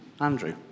Andrew